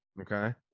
okay